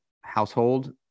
household